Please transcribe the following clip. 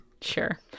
Sure